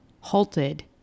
halted